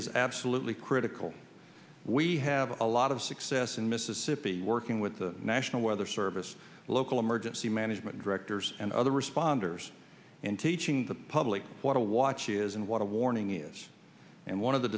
is absolutely critical we have a lot of success in mississippi working with the national weather service local emergency management directors and other responders in teaching the public what a watch is and what a warning is and one of the